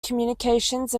communications